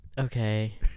Okay